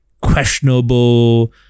questionable